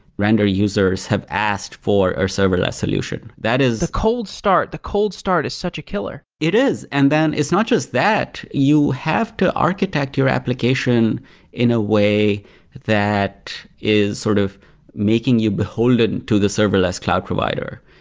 render users have asked for a serverless solution. that is the cold start. the cold start is such a killer it is. and then it's not just that. you have to architect your application in a way that is sort of making you beholden to the serverless cloud provider.